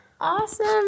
Awesome